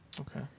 Okay